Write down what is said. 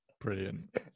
Brilliant